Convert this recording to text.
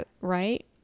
Right